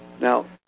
Now